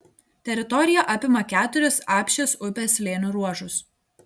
teritorija apima keturis apšės upės slėnio ruožus